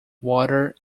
water